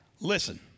Listen